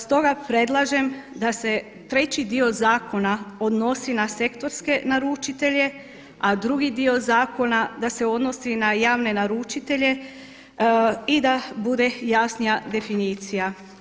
Stoga predlažem da se treći dio zakona odnosi na sektorske naručitelje, a drugi dio zakona da se odnosi na javne naručitelje i da bude jasnija definicija.